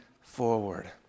forward